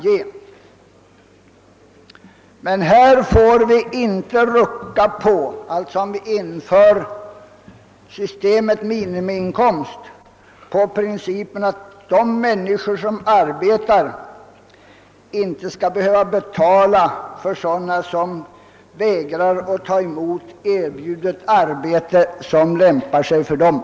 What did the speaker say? Om vi inför systemet minimiinkomst får vi dock inte rucka på principen att de människor som arbetar inte skall behöva betala för dem som vägrar att ta emot erbjudet arbete som lämpar sig för dem.